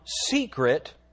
secret